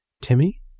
Timmy